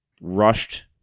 rushed